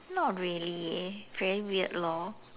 not really leh very weird lor